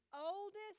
oldest